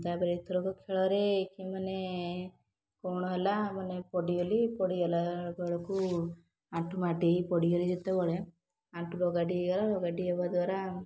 ତାପରେ ଏଥରକ ଖେଳରେ କି ମାନେ କ'ଣ ହେଲା ମାନେ ପଡ଼ିଗଲି ପଡ଼ିଗଲା ବେଳକୁ ଆଣ୍ଠୁ ମାଡ଼ି ହୋଇ ପଡ଼ିଗଲି ଯେତେବେଳେ ଆଣ୍ଠୁ ରଗାଡ଼ି ହୋଇଗଲା ରଗାଡ଼ି ହେବା ଦ୍ୱାରା